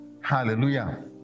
Hallelujah